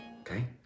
Okay